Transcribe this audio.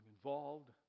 involved